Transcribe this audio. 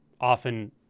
often